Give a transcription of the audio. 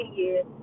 years